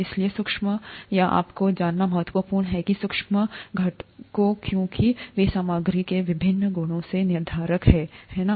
इसलिए सूक्ष्म या उप को जानना महत्वपूर्ण है सूक्ष्म घटकोंक्योंकि वे सामग्री के विभिन्न गुणों के निर्धारक हैं है ना